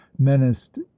menaced